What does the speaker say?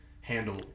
handle